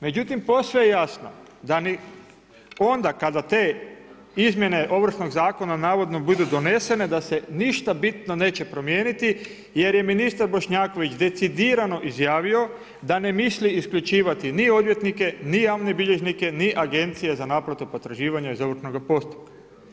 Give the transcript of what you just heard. Međutim posve je jasno da ni onda kada te izmjene Ovršnog zakona navodno budu donesene da se ništa bitno neće promijeniti jer je ministar Bošnjaković decidirano izjavio da ne misli isključivati ni odvjetnike, ni javne bilježnike ni agencije za naplatu potraživanja iz ovršnoga postupka.